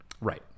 Right